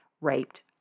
raped